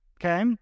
Okay